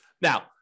Now